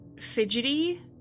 fidgety